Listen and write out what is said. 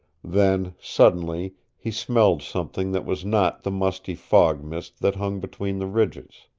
then, suddenly, he smelled something that was not the musty fog-mist that hung between the ridges.